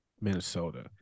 Minnesota